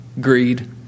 greed